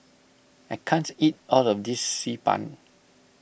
I can't eat all of this Xi Ban